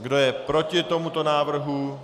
Kdo je proti tomuto návrhu?